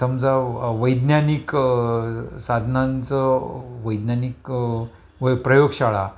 समजा वैज्ञानिक साधनांचं वैज्ञानिक व प्रयोगशाळा